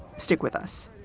stick with us.